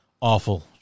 awful